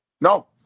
No